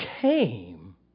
came